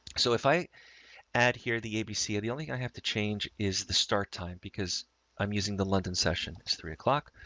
so if i add here, the abc the only thing i have to change is the start time because i'm using the london session is three o'clock